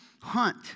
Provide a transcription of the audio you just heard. hunt